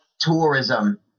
tourism